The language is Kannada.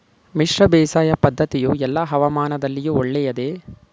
ಮಿಶ್ರ ಬೇಸಾಯ ಪದ್ದತಿಯು ಎಲ್ಲಾ ಹವಾಮಾನದಲ್ಲಿಯೂ ಒಳ್ಳೆಯದೇ?